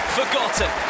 forgotten